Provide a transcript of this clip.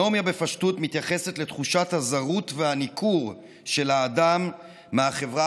אנומיה בפשטות מתייחסת לתחושת הזרות והניכור של האדם מהחברה